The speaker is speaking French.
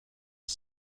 les